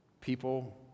people